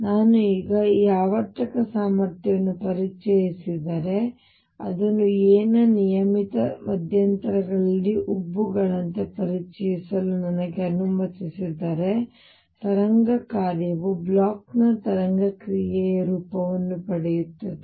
ನಾನು ಈಗ ಈ ಆವರ್ತಕ ಸಾಮರ್ಥ್ಯವನ್ನು ಪರಿಚಯಿಸಿದರೆ ಮತ್ತು ಅದನ್ನು a ನ ನಿಯಮಿತ ಮಧ್ಯಂತರಗಳಲ್ಲಿ ಉಬ್ಬುಗಳಂತೆ ಪರಿಚಯಿಸಲು ನನಗೆ ಅನುಮತಿಸಿದರೆ ತರಂಗ ಕಾರ್ಯವು ಬ್ಲೋಚ್ ನ ತರಂಗ ಕ್ರಿಯೆಯ ರೂಪವನ್ನು ಪಡೆಯುತ್ತದೆ